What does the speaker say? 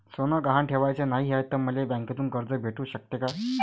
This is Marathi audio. सोनं गहान ठेवाच नाही हाय, त मले बँकेतून कर्ज भेटू शकते का?